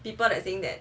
people that think that